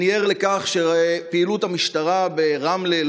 אני ער לכך שפעילות המשטרה ברמלה,